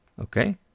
Okay